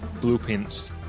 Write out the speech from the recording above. blueprints